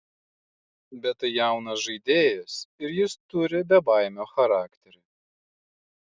bet tai jaunas žaidėjas ir jis turi bebaimio charakterį